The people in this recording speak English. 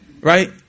right